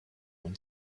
own